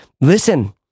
listen